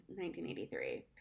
1983